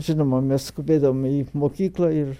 žinomoma mes skubėdavom į mokyklą ir